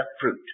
fruit